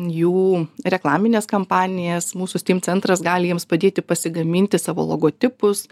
jų reklamines kampanijas mūsų steam centras gali jiems padėti pasigaminti savo logotipus